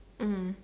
mm